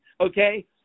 okay